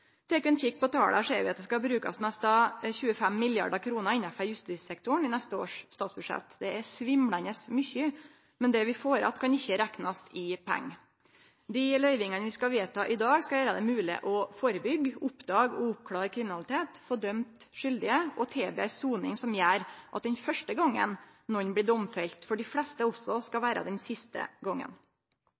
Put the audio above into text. Tek vi ein kikk på tala, ser vi at det skal brukast nesten 25 mrd. kr innanfor justissektoren i neste års statsbudsjett. Det er svimlande mykje, men det vi får att kan ikkje reknast i pengar. Dei løyvingane vi skal vedta i dag, skal gjere det mogleg å førebyggje, oppdage og oppklåre kriminalitet, få dømt skuldige og tilby ei soning som gjer at den første gongen nokon blir domfelt, for dei fleste også skal vera den siste gongen.